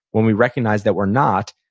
when we recognize that we're not,